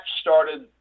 started